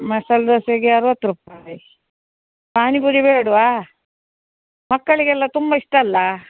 ಮಸಾಲೆ ದೋಸೆಗೆ ಅರ್ವತ್ತು ರೂಪಾಯಿ ಪಾನಿಪುರಿ ಬೇಡವಾ ಮಕ್ಕಳಿಗೆಲ್ಲ ತುಂಬ ಇಷ್ಟ ಅಲ್ಲಾ